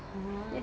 oh